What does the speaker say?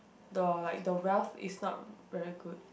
the like the wealth is not very good